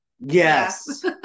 Yes